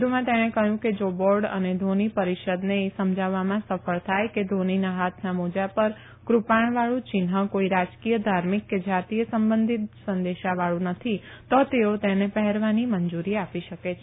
વધુમાં તેણે કહયું કે જા બોર્ડ અને ધોની પરિષદને એ સમજાવવામાં સફળ થાય કે ધોનીના હાથના મોજા પર કૃપાણવાળુ ચિન્હ કોઈ રાજકીય ધાર્મિક કે જાતીય સંબંધીત સંદેશાવાળુ નથી તો તેઓ તેને પહેરવાની મંજુરી આપી શકે છે